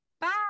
Bye